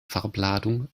farbladung